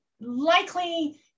likely